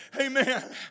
Amen